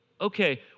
okay